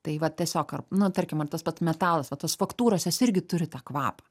tai va tiesiog ar nu tarkim ar tas pats metalas va tos faktūros jos irgi turi tą kvapą